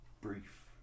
brief